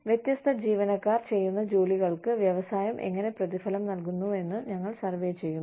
വ്യത്യസ്ത ജീവനക്കാർ ചെയ്യുന്ന ജോലികൾക്ക് വ്യവസായം എങ്ങനെ പ്രതിഫലം നൽകുന്നുവെന്ന് ഞങ്ങൾ സർവേ ചെയ്യുന്നു